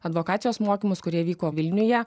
advokacijos mokymus kurie vyko vilniuje